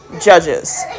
judges